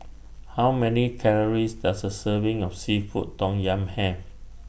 How Many Calories Does A Serving of Seafood Tom Yum Have